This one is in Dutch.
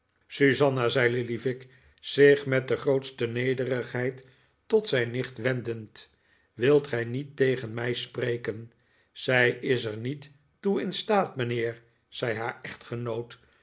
susanna zei lillyvick zich met de grootste nederigheid tot zijn nicht wendend wilt gij niet tegen mij spreken zij is er niet toe in staat mijnheer zei haar echtgenoot